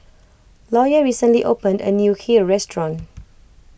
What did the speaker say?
Lawyer recently opened a new Kheer restaurant